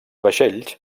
vaixells